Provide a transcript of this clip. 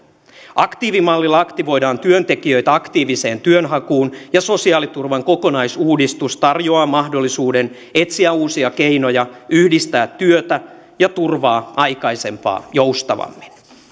aktiivimallilla aktivoidaan työnteki jöitä aktiiviseen työnhakuun ja sosiaaliturvan kokonaisuudistus tarjoaa mahdollisuuden etsiä uusia keinoja yhdistää työtä ja turvaa aikaisempaa joustavammin